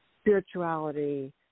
spirituality